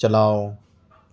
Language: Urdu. چلاؤ